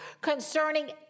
concerning